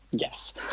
Yes